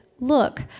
Look